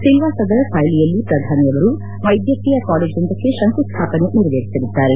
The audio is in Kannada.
ಸಿಲ್ವಾಸ್ಲಾದ ಸಾಯ್ಲಿಯಲ್ಲಿ ಪ್ರಧಾನಿ ಅವರು ವ್ಲೆದ್ಗಕೀಯ ಕಾಲೇಜೊಂದಕ್ಕೆ ಶಂಕು ಸ್ನಾಪನೆ ನೆರವೇರಿಸಲಿದ್ದಾರೆ